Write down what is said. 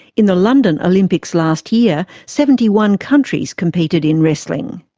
in the london olympics last year, seventy one countries competed in wrestling.